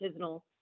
artisanal